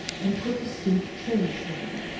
and put the stewed cherries over them.